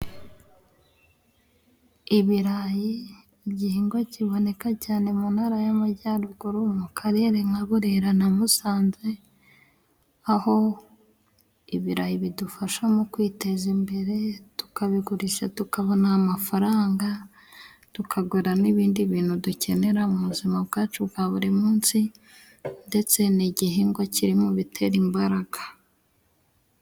Ibirayi，igihingwa kiboneka cyane mu ntara y'amajyaruguru mu karere nka Burera na Musanze，aho ibirayi bidufasha mu kwiteza imbere， tukabigurisha，tukabona amafaranga， tukagura n'ibindi bintu dukenera mu buzima bwacu bwa buri munsi， ndetse n'igihingwa kiri mu bitera imbaraga.